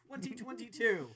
2022